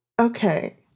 Okay